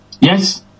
Yes